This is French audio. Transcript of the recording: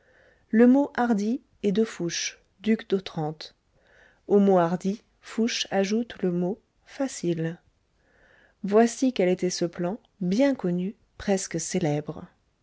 le mot hardi est de fouché duc d'otrante au mot hardi fouché ajoute le mot facile voici quel était ce plan bien connu presque célèbre